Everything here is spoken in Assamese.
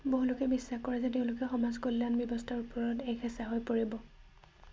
বহু লোকে বিশ্বাস কৰে যে তেওঁলোক সমাজ কল্যাণ ব্যৱস্থাৰ ওপৰত এক হেঁচা হৈ পৰিব